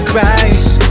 Christ